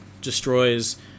destroys